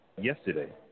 yesterday